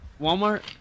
Walmart